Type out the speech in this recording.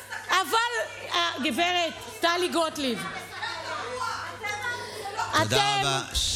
גב' טלי גוטליב, אתם, תודה רבה.